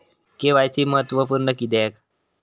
KYC महत्त्वपुर्ण किद्याक?